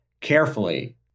carefully